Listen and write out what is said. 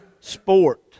sport